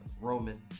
Roman